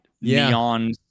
neon